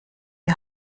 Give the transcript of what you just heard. die